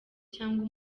cyangwa